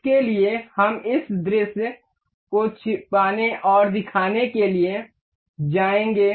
उसके लिए हम इस दृश्यता को छिपाने और दिखाने के लिए जाएंगे